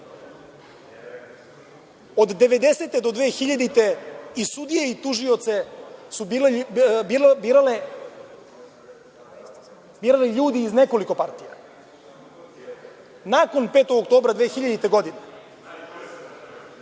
Od 90-te do 2000. i sudije i tužioce su birali ljudi iz nekoliko partija. Nakon 5. oktobra 2000. godine